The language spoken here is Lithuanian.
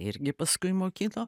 irgi paskui mokino